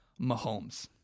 Mahomes